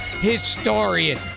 historian